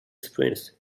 sprints